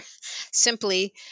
simply